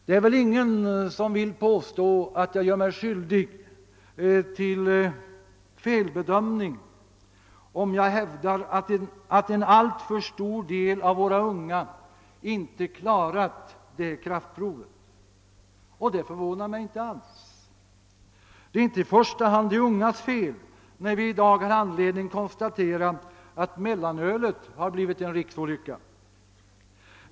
De är väl ingen som vill påstå att jag gör mig skyldig till en felbedömning, om jag hävdar att en alltför stor del av våra unga inte klarat det kraftprovet. Och det förvånar mig inte alls. Det är inte i första hand de ungas fel när vi i dag har anledning konstatera att mellanölet har blivit en riksolycka.